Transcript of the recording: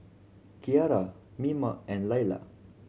Keara Mima and Layla